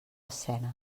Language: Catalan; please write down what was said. escena